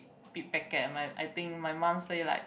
big packet my I think my mum say like